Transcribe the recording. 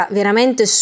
veramente